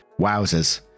Wowzers